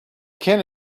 can